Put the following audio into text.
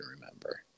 remember